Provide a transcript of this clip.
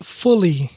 fully